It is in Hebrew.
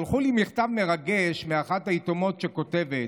שלחו לי מכתב מרגש מאחת היתומות, שכותבת: